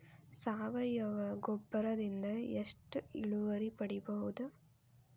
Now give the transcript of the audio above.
ಸಾವಯವ ಗೊಬ್ಬರದಿಂದ ಎಷ್ಟ ಇಳುವರಿ ಪಡಿಬಹುದ?